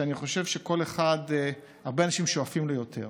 שאני חושב שכל אחד, הרבה אנשים שואפים ליותר,